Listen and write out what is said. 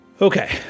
Okay